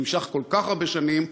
שנמשך כל כך הרבה שנים,